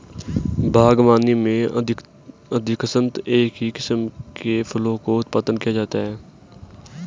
बागवानी में अधिकांशतः एक ही किस्म के फलों का उत्पादन किया जाता है